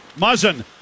Muzzin